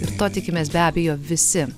ir to tikimės be abejo visi